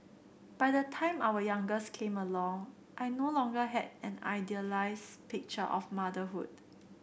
by the time our youngest came along I no longer had an idealised picture of motherhood